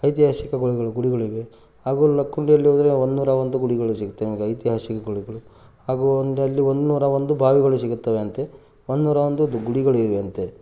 ಐತಿಹಾಸಿಕ ಗುಳಿಗಳು ಗುಡಿಗಳಿವೆ ಹಾಗೂ ಲಕ್ಕುಂಡಿಯಲ್ಲಿ ಹೋದ್ರೆ ಒಂದುನೂರ ಒಂದು ಗುಡಿಗಳು ಸಿಕ್ತದೆ ನಮಗೆ ಐತಿಹಾಸಿಕ ಗುಳಿಗಳು ಹಾಗೂ ಒಂದಲ್ಲಿ ಒಂದುನೂರ ಒಂದು ಬಾವಿಗಳು ಸಿಗುತ್ತವೆ ಅಂತೆ ಒಂದುನೂರ ಒಂದು ದ್ ಗುಡಿಗಳಿವೆ ಅಂತೆ